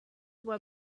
were